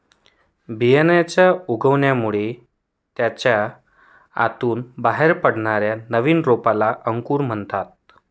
बियांच्या उगवणामुळे त्याच्या आतून बाहेर पडणाऱ्या नवीन रोपाला अंकुर म्हणतात